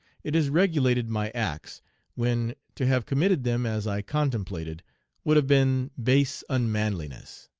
it has regulated my acts when to have committed them as i contemplated would have been base unmanliness.